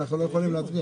אנחנו לא יכולים להצביע.